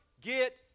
get